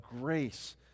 grace